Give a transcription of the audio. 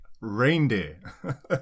Reindeer